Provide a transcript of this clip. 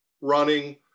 running